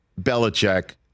Belichick